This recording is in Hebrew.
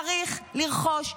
צריך לרכוש דירות.